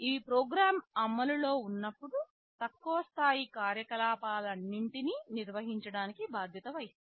ఇవి ప్రోగ్రామ్ అమలులో ఉన్నప్పుడు తక్కువ స్థాయి కార్యకలాపాలన్నింటిని నిర్వహించడానికి బాధ్యత వహిస్తాయి